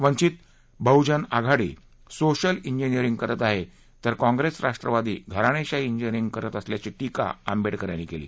वंचित Bahujan Aghadi social engineering करत आहे तर काँग्रेस राष्ट्रवादी घराणेशाही इंजिनियरिं करत असल्याची टीका आंबेडकर यांनी केली